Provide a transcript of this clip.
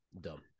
dumb